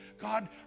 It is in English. God